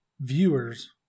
viewers